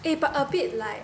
eh but a bit like